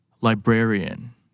Librarian